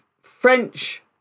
French